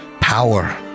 Power